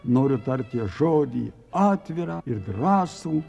noriu tartie žodį atvirą ir drąsų